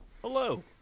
Hello